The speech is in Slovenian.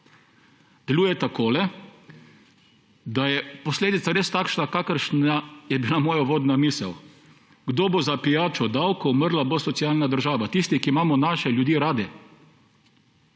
Deluje takole, da je posledica res takšna, kakršna je bila moja uvodna misel – kdo bo za pijačo dal, ko umrla bo socialna država? Tisti, ki imamo naše ljudi radi,